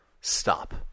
Stop